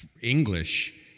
English